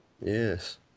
Yes